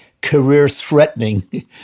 career-threatening